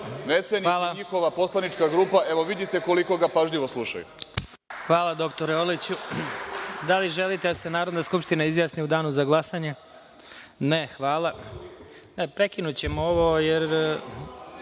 Ne ceni ih ni njihova poslanička grupa, evo, vidite koliko ga pažljivo slušaju.